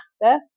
master